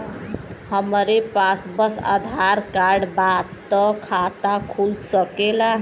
हमरे पास बस आधार कार्ड बा त खाता खुल सकेला?